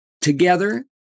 together